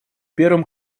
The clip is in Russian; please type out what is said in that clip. первым